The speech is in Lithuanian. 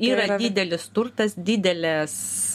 yra didelis turtas didelės